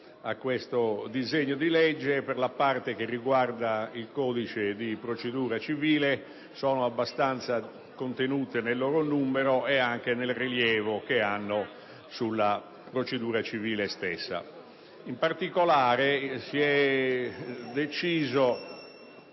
al disegno di legge n. 1082-B per la parte che riguarda il codice di procedura civile sono abbastanza contenute nel loro numero e nel rilievo che hanno sul processo civile. In particolare, si è deciso